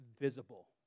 visible